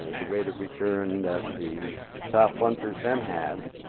ah the rate of return that the top one percent had